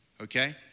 Okay